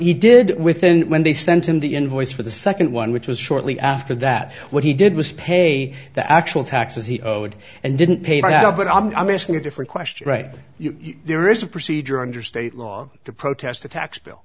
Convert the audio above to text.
he did with and when they sent him the invoice for the second one which was shortly after that what he did was pay the actual taxes he owed and didn't pay to but i'm guessing a different question right there is a procedure under state law to protest a tax bill